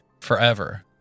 forever